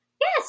Yes